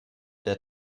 der